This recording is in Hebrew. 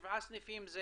שבעה סניפים זה